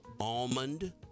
almond